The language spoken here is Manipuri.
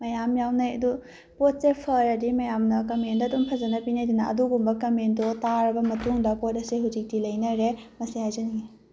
ꯃꯌꯥꯝ ꯌꯥꯎꯅꯩ ꯑꯗꯨ ꯄꯣꯠꯁꯦ ꯐꯔꯗꯤ ꯃꯌꯥꯝꯅ ꯀꯝꯃꯦꯟꯗ ꯑꯗꯨꯝ ꯐꯖꯅ ꯄꯤꯅꯩꯗꯅ ꯑꯗꯨꯒꯨꯝꯕ ꯀꯝꯃꯦꯟꯗꯣ ꯇꯥꯔꯕ ꯃꯇꯨꯡꯗ ꯄꯣꯠ ꯑꯁꯦ ꯍꯧꯖꯤꯛꯇꯤ ꯂꯩꯅꯔꯦ ꯃꯁꯦ ꯍꯥꯏꯖꯅꯤꯡꯉꯤ